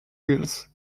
wills